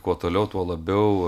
kuo toliau tuo labiau